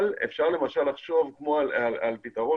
אבל אפשר למשל לחשוב על פתרון,